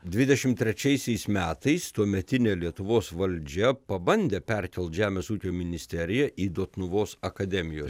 dvidešimt trečiaisiais metais tuometinė lietuvos valdžia pabandė perkelt žemės ūkio ministeriją į dotnuvos akademijos